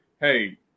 hey